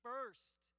First